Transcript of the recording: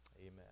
Amen